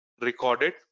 recorded